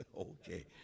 Okay